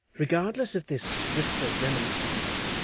regardless of this whispered remonstrance,